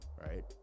right